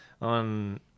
on